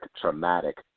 traumatic